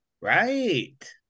right